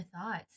thoughts